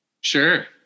Sure